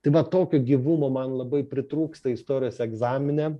tai va tokio gyvumo man labai pritrūksta istorijos egzamine